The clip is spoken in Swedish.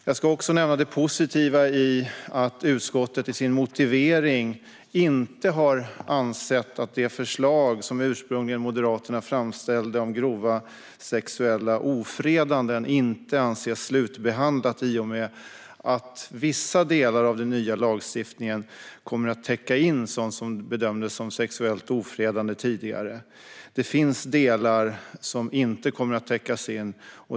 Jag ska också nämna det positiva i att utskottet i sin motivering bedömer att det förslag som Moderaterna ursprungligen framställde om grova sexuella ofredanden inte anses vara slutbehandlat i och med att vissa delar av den nya lagstiftningen kommer att täcka in sådant som tidigare bedömdes som sexuellt ofredande. Det finns delar som inte kommer att täckas in.